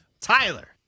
Tyler